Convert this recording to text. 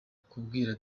kubika